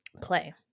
play